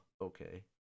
okay